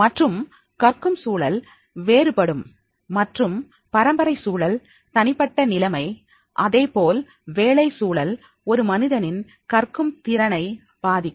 மற்றும் கற்கும் சூழல் வேறுபடும் மற்றும் பரம்பரை சூழல் தனிப்பட்ட நிலைமை அதேபோல் வேலை சூழல் ஒரு மனிதனின் கற்கும் திறனை பாதிக்கும்